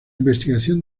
investigación